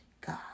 God